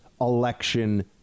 election